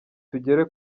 tugere